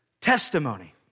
testimony